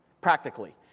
practically